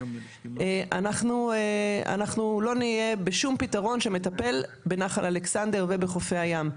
אנחנו לא נהיה בשום פתרון שמטפל בנחל אלכסנדר ובחופי הים.